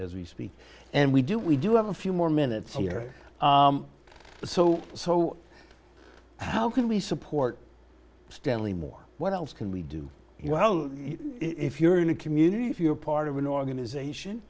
as we speak and we do we do have a few more minutes here so so how can we support steadily more what else can we do you well if you're in a community if you're part of an organization